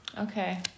Okay